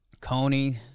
Coney